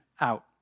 out